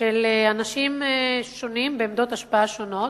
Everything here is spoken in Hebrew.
של אנשים שונים, בעמדות השפעה שונות,